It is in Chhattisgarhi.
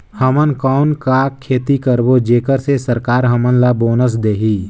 हमन कौन का खेती करबो जेकर से सरकार हमन ला बोनस देही?